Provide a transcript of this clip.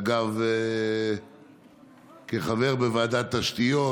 ואגב, כחבר בוועדת תשתיות,